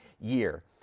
year